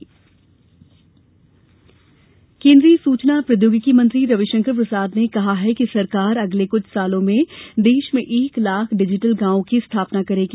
digital गाँव केंद्रीय सूचना प्रौद्योगिकी मंत्री रविशंकर प्रसाद ने कहा है कि सरकार अगले कुछ वर्षों में देश में एक लाख डिजिटल गाँवों की स्थापना करेगी